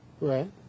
Right